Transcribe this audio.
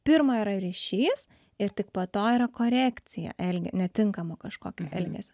pirma yra ryšys ir tik po to yra korekcija elge netinkamo kažkokio elgesio